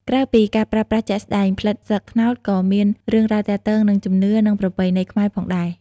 ក្រៅពីការប្រើប្រាស់ជាក់ស្តែង ផ្លិតស្លឹកត្នោតក៏មានរឿងរ៉ាវទាក់ទងនឹង ជំនឿនិងប្រពៃណីខ្មែរ ផងដែរ។